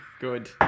Good